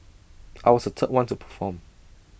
I was the third one to perform